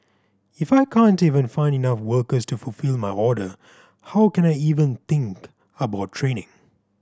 if I can't even find enough workers to fulfil my order how can I even think about training